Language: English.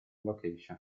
location